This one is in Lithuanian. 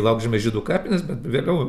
laukžemės žydų kapines bet vėliau